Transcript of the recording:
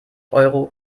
euro